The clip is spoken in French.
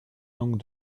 donc